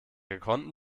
gekonnten